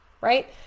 right